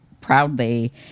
proudly